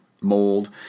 mold